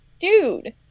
Dude